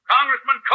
Congressman